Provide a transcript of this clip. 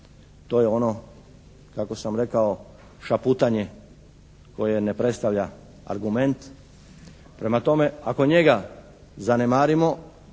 To je ono kako sam rekao, šaputanje koje ne predstavlja argument. Prema tome ako njega zanemarimo,